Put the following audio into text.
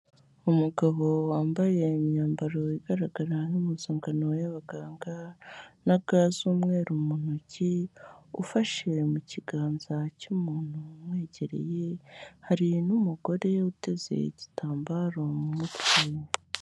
Umugabo wambaye imyambaro igaragara nk'imuzanngano y'abaganga na ga z'umweru mu ntoki, ufashiwe mu kiganza cy'umuntu umwegereye, hari n'umugore uteze igitambaro mu mutwe.